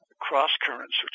cross-currents